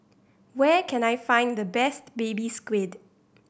where can I find the best Baby Squid